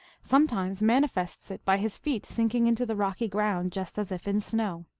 sometimes manifests it by his feet sinking into the rocky ground just as if in snow.